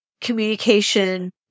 communication